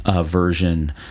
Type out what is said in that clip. version